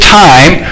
time